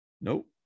Nope